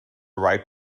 right